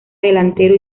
delantero